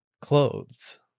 clothes